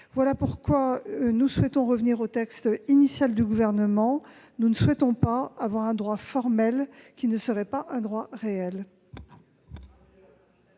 Voilà pourquoi nous entendons revenir au texte initial : nous ne souhaitons pas aboutir à un droit formel, qui ne serait pas un droit réel.